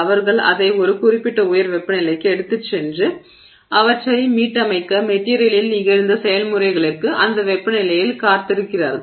அவர்கள் அதை ஒரு குறிப்பிட்ட உயர் வெப்பநிலைக்கு எடுத்துச் சென்று அவற்றை மீட்டமைக்க மெட்டிரியலில் நிகழ்ந்த செயல்முறைகளுக்கு அந்த வெப்பநிலையில் காத்திருக்கிறார்கள்